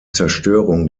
zerstörung